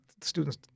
students